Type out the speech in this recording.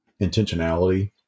intentionality